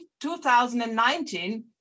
2019